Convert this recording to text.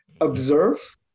observe